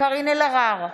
קארין אלהרר,